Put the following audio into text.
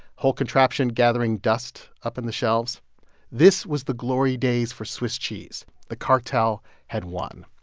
whole contraption gathering dust up in the shelves this was the glory days for swiss cheese. the cartel had won.